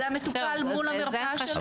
זה המטופל מול המרפאה שלו.